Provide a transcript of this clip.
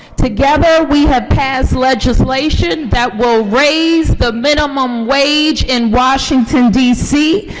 together we have passed legislation that will raise the minimum wage in washington, d c.